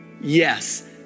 Yes